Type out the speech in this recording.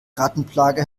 rattenplage